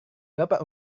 berapa